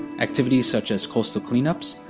activities such as coastal clean-ups,